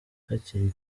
hakiri